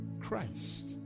Christ